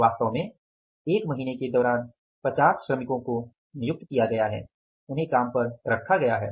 वास्तव में एक महीने के दौरान 50 श्रमिकों को नियुक्त किया गया था